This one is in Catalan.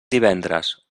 divendres